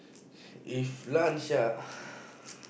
if lunch ah